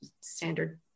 standard